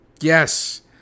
Yes